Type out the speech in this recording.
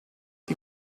die